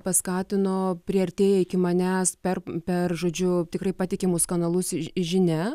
paskatino priartėję iki manęs per per žodžiu tikrai patikimus kanalus žinia